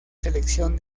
selección